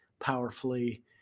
powerfully